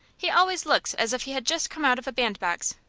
he always looks as if he had just come out of a bandbox.